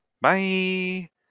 Bye